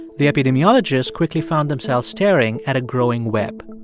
the epidemiologists quickly found themselves staring at a growing web.